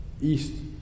East